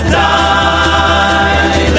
die